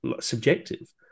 subjective